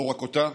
לא רק אותה,